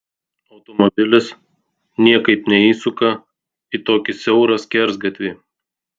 automobilis niekaip neįsuka į tokį siaurą skersgatvį